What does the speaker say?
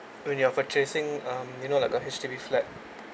when you are purchasing um you know like a H_D_B flat